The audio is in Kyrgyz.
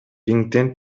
рингден